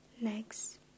Next